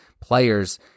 players –